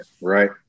right